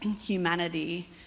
humanity